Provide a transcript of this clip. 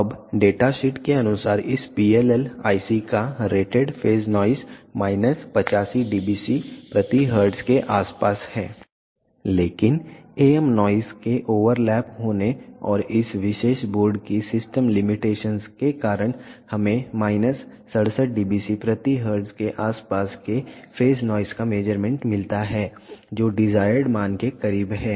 अब data sheet के अनुसार इस PLL IC का rated phase noise minus 85 dBc प्रति हर्ट्ज के आसपास है लेकिन AM नॉइस के ओवरलैप होने और इस विशेष बोर्ड की सिस्टम लिमिटेशंस के कारण हमें माइनस 67 dBc प्रति हर्ट्ज के आस पास के फेज़ नॉइस का मेज़रमेंट मिलता है जो डिजायर्ड मान के करीब है